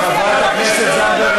חברת הכנסת זנדברג,